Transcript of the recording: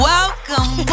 Welcome